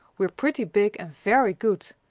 we're pretty big and very good.